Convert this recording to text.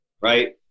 right